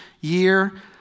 year